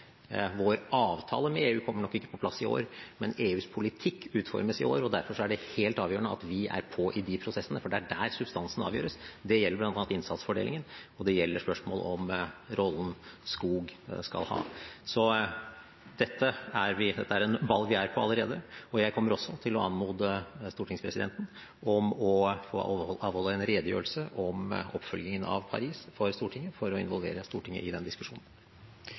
Vår avtale med EU kommer nok ikke på plass i år, men EUs politikk utformes i år. Derfor er det helt avgjørende at vi er på i de prosessene, for det er der substansen avgjøres. Det gjelder bl.a. innsatsfordelingen, og det gjelder spørsmål om rollen skog skal ha. Så dette er en ball vi er på allerede. Jeg kommer også til å anmode stortingspresidenten om å få avholde en redegjørelse om oppfølgingen av Paris for Stortinget for å involvere Stortinget i den diskusjonen.